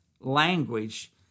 language